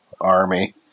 army